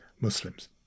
Muslims